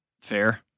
fair